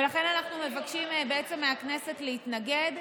ולכן, אנחנו מבקשים מהכנסת להתנגד.